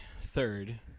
third